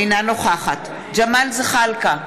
אינה נוכחת ג'מאל זחאלקה,